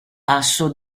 asso